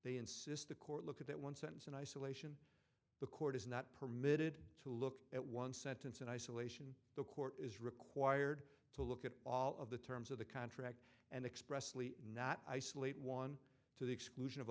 they insist the court look at that one sentence in isolation the court is not permitted to look at one sentence in isolation the court is required to look at all of the terms of the contract and expressly not isolate one to the exclusion of